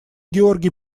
георгий